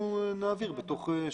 כשהחברות מחויבות להעביר לי מידע,